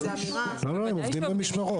לא, הם עובדים במשמרות.